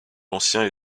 l’ancien